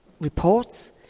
reports